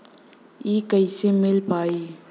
इ कईसे मिल पाई?